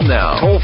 now